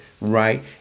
right